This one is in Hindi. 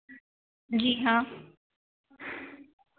जी हाँ